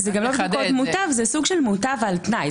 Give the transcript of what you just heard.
זה גם לא בדיוק עוד מוטב, זה סוג של מוטב על תנאי.